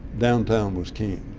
downtown was king.